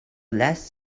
last